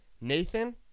Nathan